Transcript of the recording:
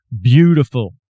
beautiful